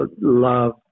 love